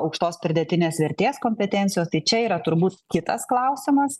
aukštos pridėtinės vertės kompetencijos tai čia yra turbūt kitas klausimas